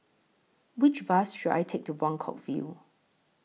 Which Bus should I Take to Buangkok View